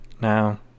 Now